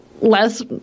less